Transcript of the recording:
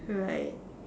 right